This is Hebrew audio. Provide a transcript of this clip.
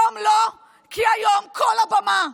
היום לא, כי היום כל הבמה,